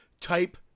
type